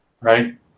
right